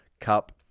cup